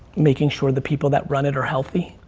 making sure the people that run it are healthy.